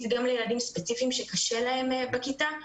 גם לילדים ספציפיים שקשה להם בכיתה.